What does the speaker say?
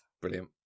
brilliant